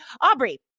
Aubrey